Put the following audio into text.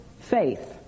faith